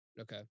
Okay